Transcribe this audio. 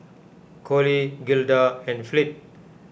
Cole Gilda and Fleet